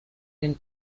den